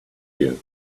you